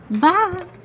Bye